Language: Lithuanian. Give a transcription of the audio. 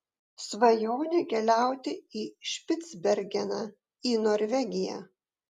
svajonė keliauti į špicbergeną į norvegiją